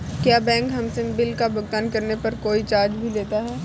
क्या बैंक हमसे बिल का भुगतान करने पर कोई चार्ज भी लेता है?